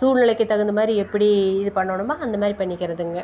சூழ்நிலைக்கு தகுந்த மாதிரி எப்படி இது பண்ணணுமோ அந்தமாதிரி பண்ணிக்கிறதுங்க